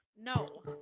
no